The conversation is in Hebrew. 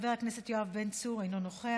חבר הכנסת יואב בן צור, אינו נוכח.